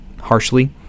harshly